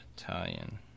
Italian